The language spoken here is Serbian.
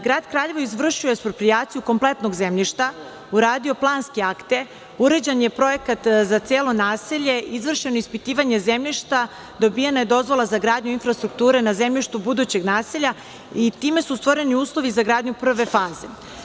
Grad Kraljevo izvršio je eksproprijaciju kompletnog zemljišta, uradio planske akte, urađen je projekat za celo naselje, izvršeno ispitivanje zemljišta, dobijena je dozvola za gradnju infrastrukture na zemljištu budućeg naselja i time su stvoreni uslovi za gradnju prve faze.